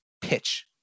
pitch